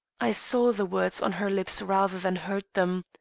i saw the words on her lips rather than heard them.